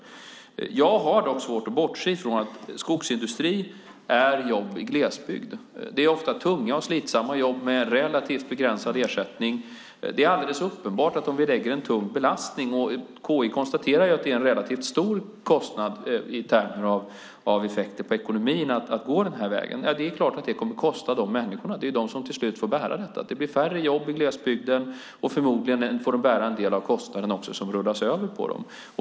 Jag har dock svårt att bortse ifrån att skogsindustri är jobb i glesbygd. Det är ofta tunga och slitsamma jobb med en relativt begränsad ersättning. Det är alldeles uppenbart att om vi lägger en tung belastning - och KI konstaterar att det är en relativt stor kostnad i termer av effekter på ekonomin att gå den här vägen - kommer det att kosta för dessa människor. Det är de som till slut får bära detta. Det blir färre jobb i glesbygden, och förmodligen får de bära en del av kostnaden som rullas över på dem.